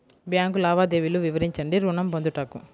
Bank లావాదేవీలు వివరించండి ఋణము పొందుటకు?